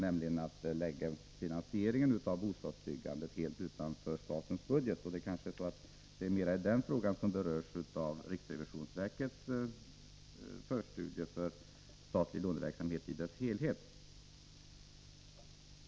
Utskottet önskar nämligen att finan sieringen av bostadsbyggandet skall läggas helt utanför statens budget. Möjligen är det främst den frågan som berörs i riksrevisionsverkets förstudie om statlig låneverksamhet i dess helhet.